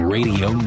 Radio